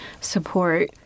support